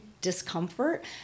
discomfort